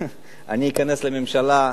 אני אכנס לממשלה.